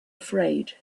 afraid